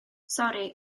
sori